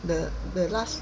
the the last